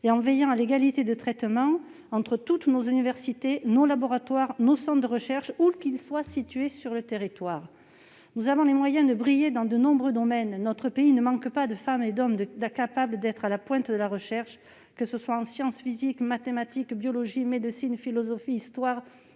en veillant à l'égalité de traitement entre toutes nos universités, nos laboratoires et nos centres de recherches, où qu'ils soient situés sur le territoire. Nous avons les moyens de briller dans de nombreux domaines. Notre pays ne manque pas de femmes et d'hommes capables d'être à la pointe de la recherche, que ce soit en sciences physiques, en mathématiques, en biologie, en médecine, en philosophie, en histoire,